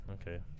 Okay